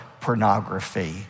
pornography